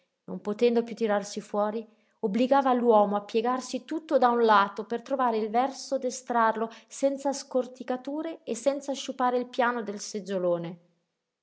non potendo piú tirarsi fuori obbligava l'uomo a piegarsi tutto da un lato per trovare il verso d'estrarlo senza scorticature e senza sciupare il piano del seggiolone